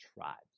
tribes